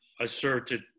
asserted